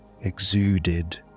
exuded